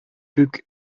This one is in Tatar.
күк